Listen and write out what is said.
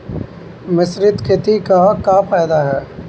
मिश्रित खेती क का फायदा ह?